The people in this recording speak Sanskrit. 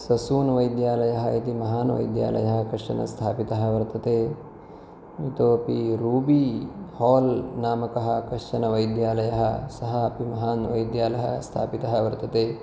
ससून्वैद्यालयः इति महान् वैद्यालयः कश्चन स्थापितः वर्तते इतोऽपि रूबी हाल् नामकः कश्चन वैद्यालयः सः अपि महान् वैद्यालयः स्थापितः वर्तते